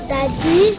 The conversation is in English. Daddy